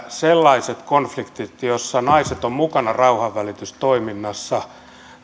sellaiset konfliktit joissa naiset ovat mukana rauhanvälitystoiminnassa